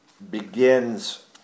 begins